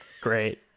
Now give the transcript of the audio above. Great